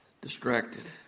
distracted